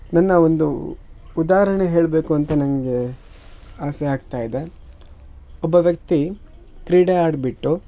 ನನ್ನ ಒಂದು ಉದಾಹರ್ಣೆ ಹೇಳಬೇಕು ಅಂತ ನನಗೆ ಆಸೆ ಆಗ್ತಾ ಇದೆ ಒಬ್ಬ ವ್ಯಕ್ತಿ ಕ್ರೀಡೆ ಆಡಿಬಿಟ್ಟು